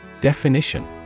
Definition